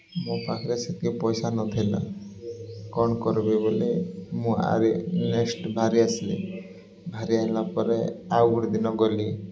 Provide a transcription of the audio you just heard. ମୋ ପାଖରେ ସେତିକି ପଇସା ନଥିଲା କ'ଣ କରିବି ବୋଲି ମୁଁ ଆରି ନେକ୍ସ୍ଟ ବାହାରି ଆସିଲି ବାହାରି ଆସିଲା ପରେ ଆଉ ଗୋଟେ ଦିନ ଗଲି